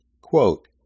Quote